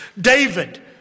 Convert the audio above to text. David